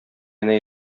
генә